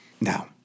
Now